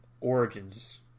Origins